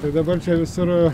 tai dabar čia visur